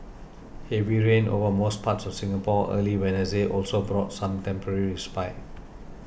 heavy rain over most parts of Singapore early Wednesday also brought some temporary respite